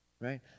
right